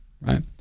Right